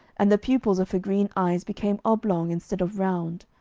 and the pupils of her green eyes became oblong instead of round.